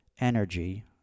energy